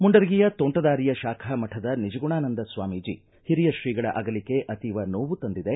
ಮುಂಡರಗಿಯ ತೋಂಟದಾರ್ಯ ಶಾಖಾ ಮಠದ ನಿಜಾಗುಣಾನಂದ ಸ್ವಾಮೀಜಿ ಹಿರಿಯ ಶ್ರೀಗಳ ಅಗಲಿಕೆ ಅತೀವ ನೋವು ತಂದಿದೆ